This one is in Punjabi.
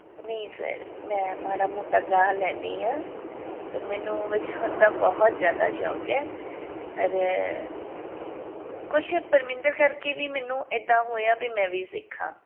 ਨਹੀਂ ਸਰ ਮੈਂ ਮਾੜਾ ਮੋਟਾ ਗਾ ਲੈਂਦੀ ਹਾਂ ਪਰ ਮੈਨੂੰ ਵਜਾਉਣ ਦਾ ਬਹੁਤ ਜ਼ਿਆਦਾ ਸ਼ੌਂਕ ਹੈ ਪਰ ਕੁਛ ਪਰਮਿੰਦਰ ਕਰਕੇ ਵੀ ਮੈਨੂੰ ਇੱਦਾਂ ਹੋਇਆ ਵੀ ਮੈਂ ਵੀ ਸਿੱਖਾਂ